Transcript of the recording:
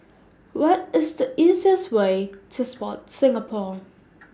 What IS The easiest Way to Sport Singapore